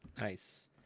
Nice